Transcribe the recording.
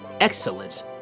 Excellence